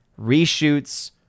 reshoots